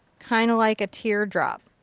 kind of like a teardrop.